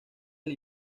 del